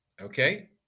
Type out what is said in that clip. okay